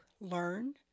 learn